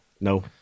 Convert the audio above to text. No